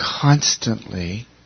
constantly